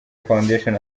foundation